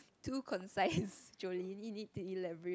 two consensus Jolini need to elaborate